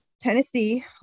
Tennessee